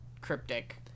cryptic